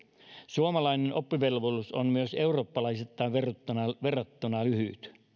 suomalainen oppivelvollisuus on myös eurooppalaisittain verrattuna verrattuna lyhyt